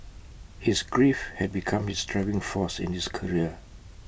his grief had become his driving force in his career